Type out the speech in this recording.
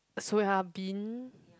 soya bean